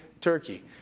Turkey